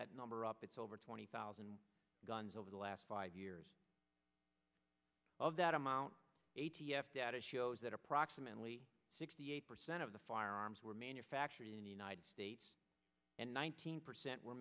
that number up it's over twenty thousand guns over the last five years of that amount a t f data shows that approximately sixty eight percent of the firearms were manufactured in the united states and nineteen percent were